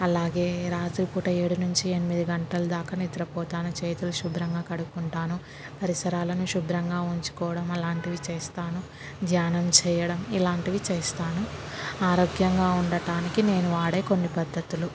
అలాగే రాత్రిపూట ఏడు నుంచి ఎనిమిది గంటలు దాకా నిద్రపోతాను చేతులు శుభ్రంగా కడుక్కుంటాను పరిసరాలను శుభ్రంగా ఉంచుకోవడం అలాంటివి చేస్తాను ధ్యానం చెయ్యడం ఇలాంటివి చేస్తాను ఆరోగ్యంగా ఉండటానికి నేను వాడే కొన్ని పద్ధతులు